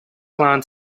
plan